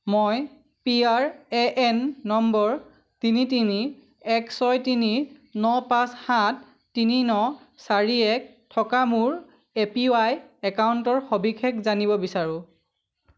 মই P R A N নম্বৰ তিনি তিনি এক ছয় তিনি ন পাঁচ সাত তিনি ন চাৰি এক থকা মোৰ এপিৱাই একাউণ্টৰ সবিশেষ জানিব বিচাৰোঁ